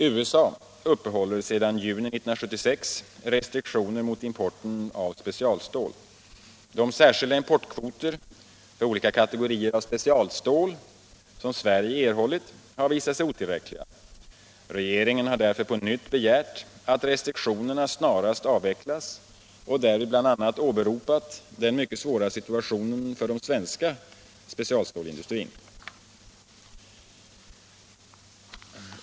USA upprätthåller sedan juni 1976 restriktioner mot importen av specialstål. De särskilda importkvoter för olika kategorier av specialstål som Sverige erhållit har visat sig otillräckliga. Regeringen har därför på nytt begärt att restriktionerna snarast avvecklas och därvid bl.a. åberopat den mycket svåra situationen för den svenska specialstålindustrin.